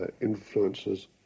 influences